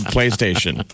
PlayStation